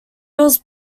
was